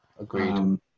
Agreed